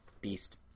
beast